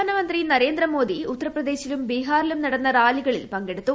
പ്രധാനമന്ത്രി നരേ ന്ദ്രമോദി ഉത്തർപ്രദേശിലും ബീഹാറിലും നടന്ന റാലികളിൽ പങ്കെടു ത്തു